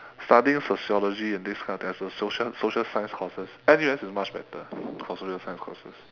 studying sociology and this kind of thing as a social social science courses N_U_S is much better for social science courses